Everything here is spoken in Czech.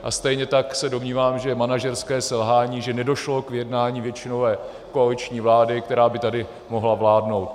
A stejně tak se domnívám, že je manažerské selhání, že nedošlo k vyjednání většinové koaliční vlády, která by tady mohla vládnout.